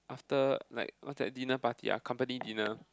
is the like what's that dinner party ah company dinner